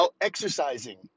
exercising